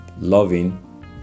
loving